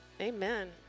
amen